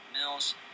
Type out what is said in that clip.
Mills